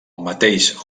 mateix